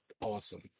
Awesome